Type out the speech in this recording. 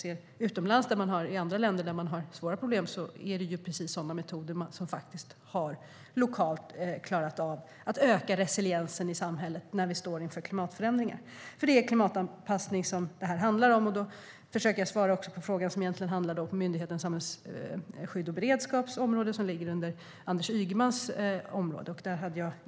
I länder där man har svåra problem är det med sådana metoder man har lyckats öka resiliensen i samhället när man står inför klimatförändringar. För det är klimatanpassning detta handlar om. Då försöker jag svara också på en fråga som ligger på ansvarsområdet för Myndigheten för samhällsskydd och beredskap, som ligger under Anders Ygemans ansvar.